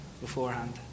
beforehand